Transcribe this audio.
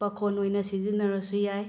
ꯄꯥꯈꯣꯟ ꯑꯣꯏꯅ ꯁꯤꯖꯤꯟꯅꯔꯁꯨ ꯌꯥꯏ